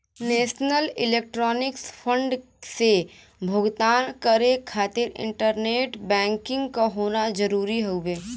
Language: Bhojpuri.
नेशनल इलेक्ट्रॉनिक्स फण्ड से भुगतान करे खातिर इंटरनेट बैंकिंग क होना जरुरी हउवे